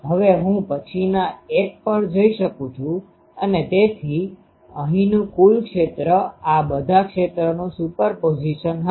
હવે હું પછીના એક પર જઈ શકું છું અને તેથી અહીંનું કુલ ક્ષેત્ર આ બધા ક્ષેત્રોનું સુપરપોઝિશન હશે